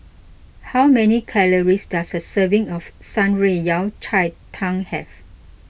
how many calories does a serving of Shan Rui Yao Cai Tang have